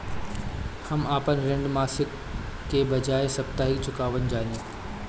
हम अपन ऋण मासिक के बजाय साप्ताहिक चुकावतानी